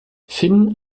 finn